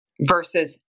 versus